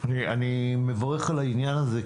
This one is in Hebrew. אני מברך על העניין הזה,